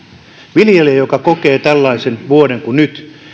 viljelijällä joka kokee tällaisen vuoden kuin nyt